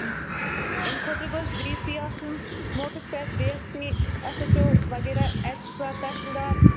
اَمہِ خٲطرٕ گوٚژھ ڈی سی آسُن موقَس پٮ۪ٹھ D S P S H O وغیرہ اَتہِ چھُ آسان تحصیل دار